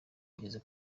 igeze